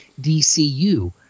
DCU